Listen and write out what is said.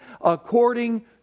according